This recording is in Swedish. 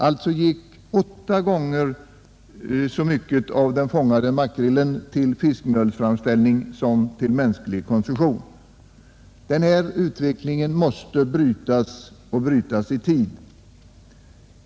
Alltså gick 8 gånger så mycket av den fångade makrillen till fiskmjölsframställning som till mänsklig konsumtion. Denna utveckling måste brytas i tid.